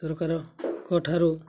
ସରକାରଙ୍କ ଠାରୁ